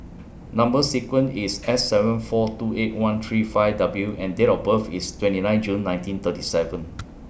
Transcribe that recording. Number sequence IS S seven four two eight one three five W and Date of birth IS twenty nine June nineteen thirty seven